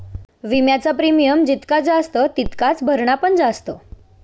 विम्याचा प्रीमियम जितका जास्त तितकाच भरणा पण जास्त